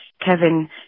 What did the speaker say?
kevin